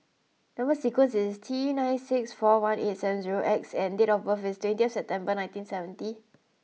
number sequence is T nine six four one eight seven zero X and date of birth is twenty September nineteen seventy